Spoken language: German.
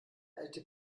alte